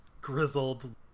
grizzled